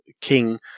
king